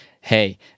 hey